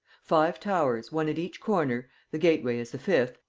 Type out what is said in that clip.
five towers, one at each corner the gateway is the fifth,